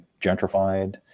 gentrified